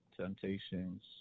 temptations